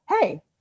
hey